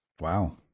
Wow